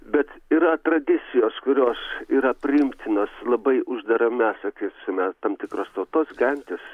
bet yra tradicijos kurios yra priimtinos labai uždarame sakysime tam tikros tautos gentys